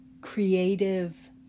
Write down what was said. creative